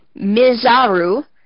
Mizaru